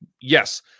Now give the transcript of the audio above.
Yes